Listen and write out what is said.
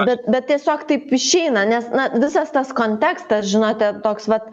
bet bet tiesiog taip išeina nes na visas tas kontekstas žinote toks vat